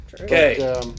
Okay